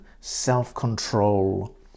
self-control